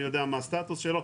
אני יודע מה הסטטוס שלו,